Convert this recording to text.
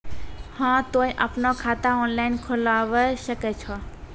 हाँ तोय आपनो खाता ऑनलाइन खोलावे सकै छौ?